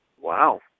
Wow